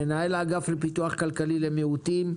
מנהל האגף לפיתוח כלכלי למיעוטים,